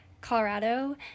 Colorado